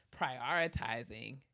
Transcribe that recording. prioritizing